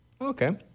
Okay